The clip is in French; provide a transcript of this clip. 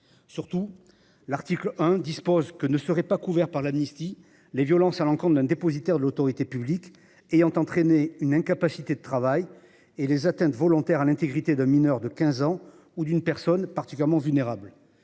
Surtout, l’article 1 dispose que ne seraient pas couvertes par l’amnistie les violences à l’encontre d’un dépositaire de l’autorité publique ayant entraîné une incapacité de travail, non plus que les atteintes volontaires à l’intégrité d’un mineur de moins de 15 ans ou d’une personne particulièrement vulnérable.